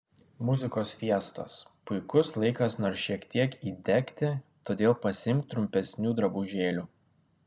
muzikos fiestos puikus laikas nors šiek tiek įdegti todėl pasiimk trumpesnių drabužėlių